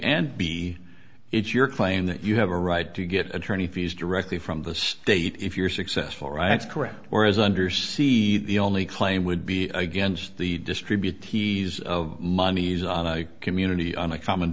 and b it's your claim that you have a right to get attorney fees directly from the state if you're successful or x correct or is under sea the only claim would be against the distribute he's of moneys on a community and a common